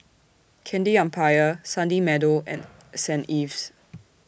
Candy Empire Sunny Meadow and Saint Ives